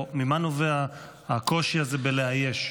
ממה נובע הקושי הזה לאייש?